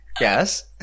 Yes